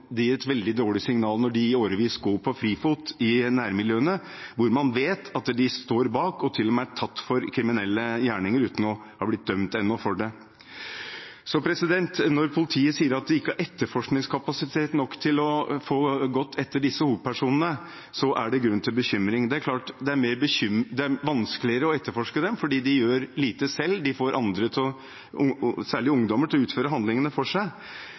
Det gir et veldig dårlig signal når disse i årevis er på frifot i nærmiljøene, og man vet at de står bak og til og med er tatt for kriminelle gjerninger uten ennå å ha blitt dømt for det. Når politiet sier at de ikke har etterforskningskapasitet nok til å få gått etter disse hovedpersonene, er det grunn til bekymring. Det er klart det er vanskeligere å etterforske dem, for de gjør lite selv, de får andre, særlig ungdommer, til å utføre handlingene for seg,